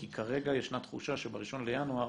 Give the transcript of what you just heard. כי כרגע ישנה תחושה שב-1 בינואר